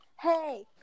Hey